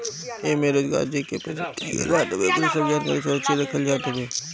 एमे रेगुलर जेके पईसा भेजे के रहत हवे ओकरी सब जानकारी के सुरक्षित रखल जात हवे